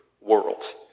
world